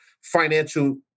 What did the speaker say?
financial